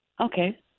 Okay